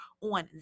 on